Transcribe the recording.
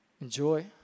Enjoy